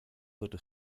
sollte